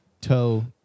toe